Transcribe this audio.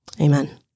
Amen